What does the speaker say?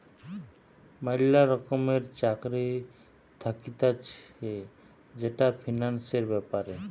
ম্যালা রকমের চাকরি থাকতিছে যেটা ফিন্যান্সের ব্যাপারে